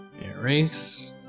erase